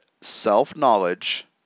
self-knowledge